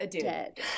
dead